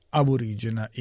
aborigena